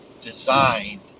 designed